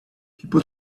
people